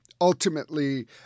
ultimately